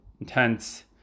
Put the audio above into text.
intense